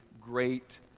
great